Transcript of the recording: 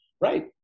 Right